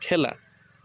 খেলা